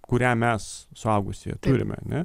kurią mes suaugusieji turime ane